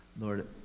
Lord